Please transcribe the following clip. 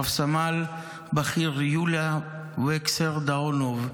רב-סמל בכיר יוליה ווקסר דאונוב,